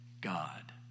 God